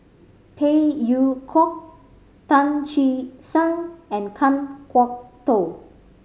Phey Yew Kok Tan Che Sang and Kan Kwok Toh